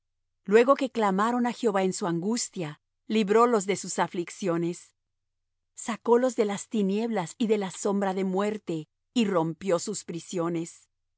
luego que clamaron á jehová en su angustia librólos de sus aflicciones sacólos de las tinieblas y de la sombra de muerte y rompió sus prisiones